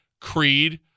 Creed